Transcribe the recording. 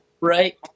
right